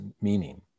meaning